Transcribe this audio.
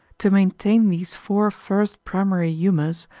to maintain these four first primary humours,